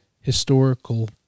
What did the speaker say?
historical